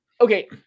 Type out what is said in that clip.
Okay